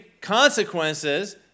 consequences